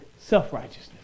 self-righteousness